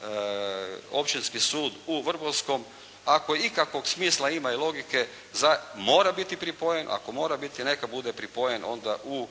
da Općinski sud u Vrbovskom ako ikakvog smisla ima i logike zar mora biti pripojen? Ako mora biti neka bude pripojen onda u,